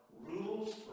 rules